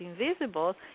invisible